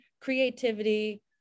creativity